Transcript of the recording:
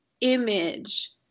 image